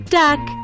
duck